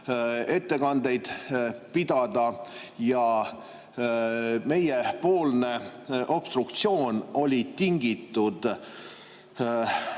ettekandeid pidada. Meiepoolne obstruktsioon ei olnud tingitud